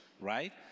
Right